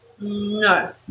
No